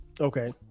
Okay